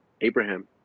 Abraham